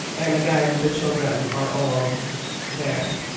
and again, the children are all there.